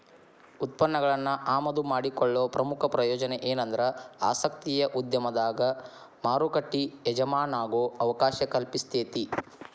ಉತ್ಪನ್ನಗಳನ್ನ ಆಮದು ಮಾಡಿಕೊಳ್ಳೊ ಪ್ರಮುಖ ಪ್ರಯೋಜನ ಎನಂದ್ರ ಆಸಕ್ತಿಯ ಉದ್ಯಮದಾಗ ಮಾರುಕಟ್ಟಿ ಎಜಮಾನಾಗೊ ಅವಕಾಶ ಕಲ್ಪಿಸ್ತೆತಿ